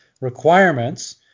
requirements